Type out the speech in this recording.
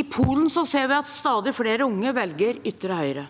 I Polen ser vi at stadig flere unge velger ytre høyre.